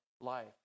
life